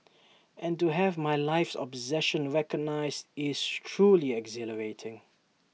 and to have my life's obsession recognised is truly exhilarating